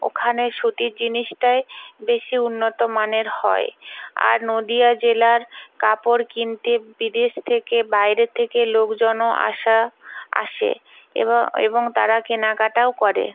ওখানে সুতির জিনিসটাই বেশি উন্নত মানের হয় আর নদীয়া জেলার কাপড় কিনতে বিদেশ থেকে বাইরে থেকে লোকজনও আসা আসে এবং তারা কেনাকাটাও করে